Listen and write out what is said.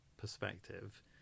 perspective